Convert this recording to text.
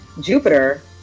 jupiter